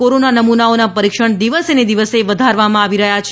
corona નમૂનાઓના પરિક્ષણ દિવસને દિવસે વધારવામાં આવી રહ્યું છે